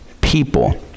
people